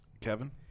Kevin